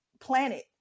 planet